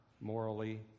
morally